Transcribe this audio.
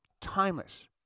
Timeless